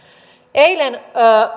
eilen